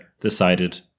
decided